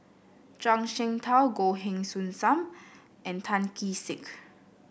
Zhuang Shengtao Goh Heng Soon Sam and Tan Kee Sek